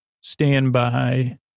standby